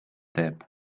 teeb